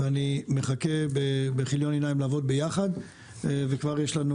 אני מחכה בכיליון עיניים לעבוד ביחד וכבר יש לנו